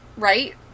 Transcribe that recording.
Right